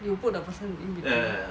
you put in between